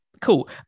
Cool